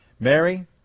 Mary